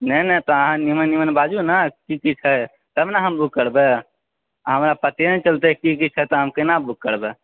नहि नहि तऽ अहाँ नीमन नीमन बाजु ने की की छै तब न हम बुक करबै हमरा पते नहि चलतै की की छै तऽ हम केना बुक करबै